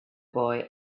boy